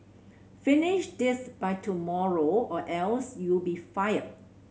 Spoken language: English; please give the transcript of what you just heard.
finish this by tomorrow or else you'll be fired